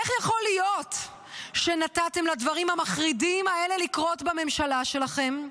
איך יכול להיות שנתתם לדברים המחרידים האלה לקרות בממשלה שלכם?